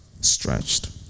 stretched